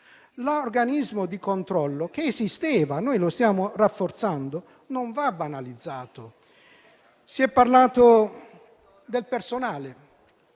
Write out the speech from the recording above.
l'organismo di controllo - che esisteva e noi lo stiamo rafforzando - non va banalizzato. Si è parlato del personale